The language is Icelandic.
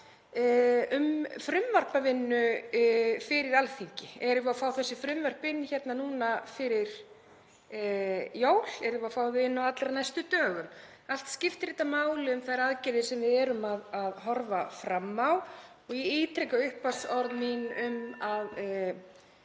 frumvarpavinnu fyrir Alþingi? Erum við að fá þessi frumvörp inn núna fyrir jól? Erum við að fá þau inn á allra næstu dögum? Allt skiptir þetta máli um þær aðgerðir sem við erum að horfa fram á og ég ítreka upphafsorð mín